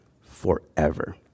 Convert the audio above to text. forever